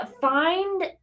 find